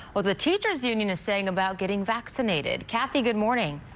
well, the teachers union is saying about getting vaccinated kathy. good morning.